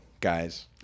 guys